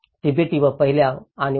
Tibet व पहिल्या आणि 1